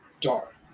dark